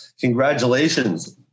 congratulations